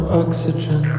oxygen